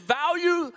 value